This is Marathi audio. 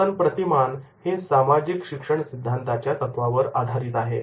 वर्तन प्रतिमान हे सामाजिक शिक्षण सिद्धांताच्या तत्वावर आधारित आहे